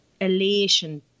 elation